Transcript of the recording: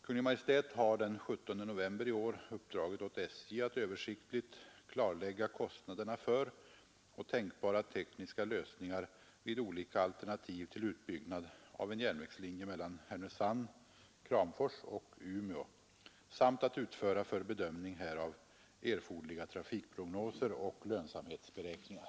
Kungl. Maj:t har den 17 november i år uppdragit åt SJ att översiktligt klarlägga kostnaderna för och tänkbara tekniska lösningar vid olika alternativ till utbyggnad av en järnvägslinje mellan Härnösand/Kramfors och Umeå samt att utföra för bedömning härav erforderliga trafikprognoser och lönsamhetsberäkningar.